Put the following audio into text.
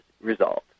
resolved